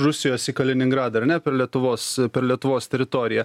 rusijos į kaliningradą ar ne per lietuvos per lietuvos teritoriją